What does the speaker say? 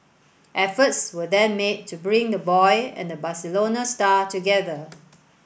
efforts were then made to bring the boy and the Barcelona star together